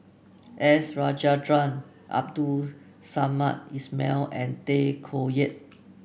S Rajendran Abdul Samad Ismail and Tay Koh Yat